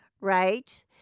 Right